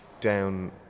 down